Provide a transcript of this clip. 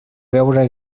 veure